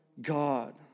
God